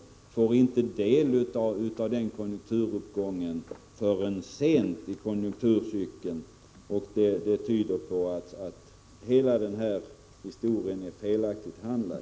De får inte del av uppgången förrän sent i konjunkturcykeln. Det tyder på att hela den här frågan är felaktigt behandlad.